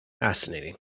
Fascinating